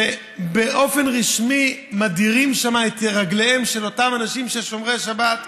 שבאופן רשמי מדירים שם את רגליהם של אותם אנשים שומרי שבת,